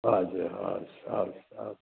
हजुर हवस् हवस् हवस्